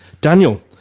Daniel